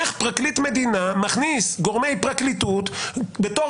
איך פרקליט מדינה מכניס גורמי פרקליטות בתור